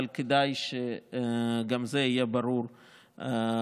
אבל כדאי שגם זה יהיה ברור ושקוף.